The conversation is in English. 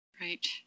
Right